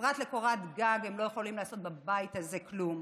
שפרט לקורת גג הם לא יכולים לעשות בבית הזה כלום.